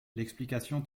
l’explication